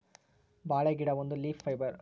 ಬಾಳೆ ಗಿಡ ಒಂದು ಲೀಫ್ ಫೈಬರ್